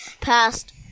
past